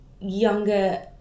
younger